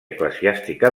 eclesiàstica